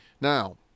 Now